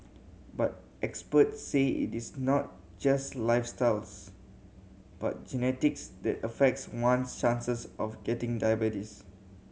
but experts say it is not just lifestyles but genetics that affects one chances of getting diabetes